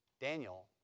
Daniel